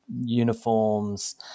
uniforms